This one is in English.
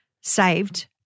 saved